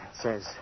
says